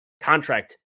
contract